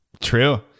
True